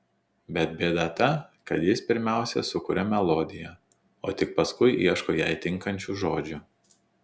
bet bėda ta kad jis pirmiausia sukuria melodiją o tik paskui ieško jai tinkančių žodžių